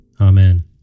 Amen